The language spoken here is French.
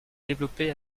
développé